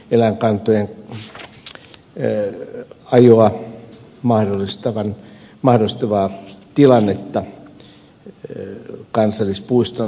eläinkantojen uskot teen hajua mahdollistavan mary taikka hirvieläinkantojen ajoa mahdollistavaa tilannetta kansallispuiston sisällä